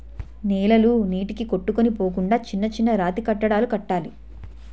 నేలలు నీటికి కొట్టుకొని పోకుండా చిన్న చిన్న రాతికట్టడాలు కట్టాలి